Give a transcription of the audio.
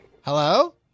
Hello